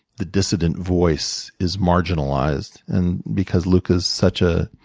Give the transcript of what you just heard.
the dissident voice is marginalized. and because luke is such a